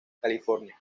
california